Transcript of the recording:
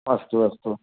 अस्तु अस्तु